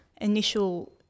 initial